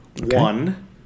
One